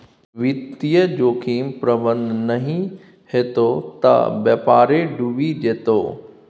वित्तीय जोखिम प्रबंधन नहि हेतौ त बेपारे डुबि जेतौ